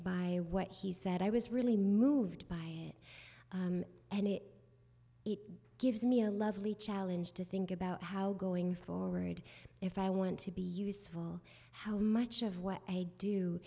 by what he said i was really moved by it and it gives me a lovely challenge to think about how going forward if i want to be useful how much of what i do